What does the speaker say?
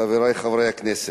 חברי חברי הכנסת,